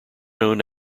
known